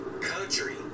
country